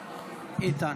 איתן.